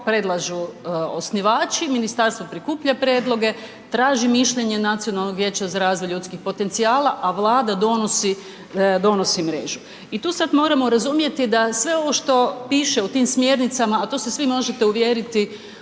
predlažu osnivači, ministarstvo prikuplja prijedloge, traži mišljenje Nacionalnog vijeća za razvoj ljudskih potencijala, a Vlada donosi, donosi mrežu. I tu sad moramo razumjeti da sve ovo što piše u tim smjernicama, a to se svi možete uvjeriti,